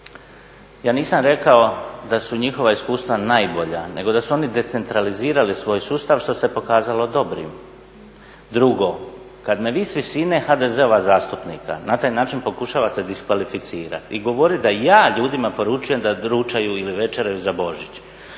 ja nisam rekao da su njihova iskustva najbolja nego da su oni decentralizirali svoj sustav što se pokazalo dobrim. Drugo, kada me vi s visine HDZ-ova zastupnika na taj način pokušavate diskvalificirati i govoriti da ja ljudima poručujem da ručaju ili večeraju za Božić,